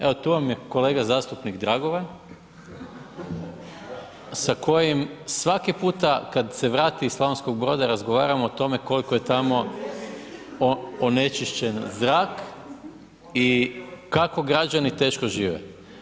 Evo tu vam je kolega zastupnik Dragovan sa kojim svaki puta kad se vrati iz Slavonskog Broda razgovaramo o tome koliko je tamo onečišćen zrak i kako građani teško žive.